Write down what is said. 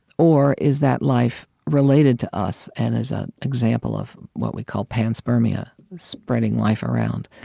or, is that life related to us and is an example of what we call panspermia spreading life around?